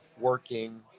working